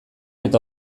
eta